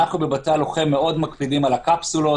אנחנו בבתי הלוחם מאוד מקפידים על הקפסולות,